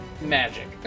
Magic